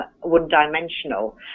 one-dimensional